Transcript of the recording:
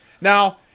Now